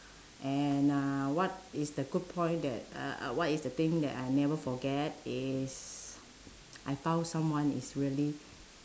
and uh what is the good point that uh uh what is the thing that I never forget is I found someone is really